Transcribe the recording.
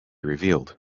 revealed